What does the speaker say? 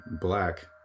black